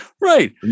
right